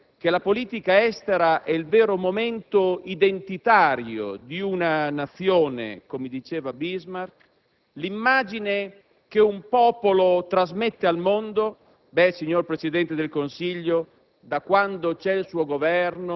e se è vero com'è vero che la politica estera è il vero momento identitario di una Nazione, come diceva Bismarck, l'immagine che un popolo trasmette al mondo, beh, signor Presidente del Consiglio,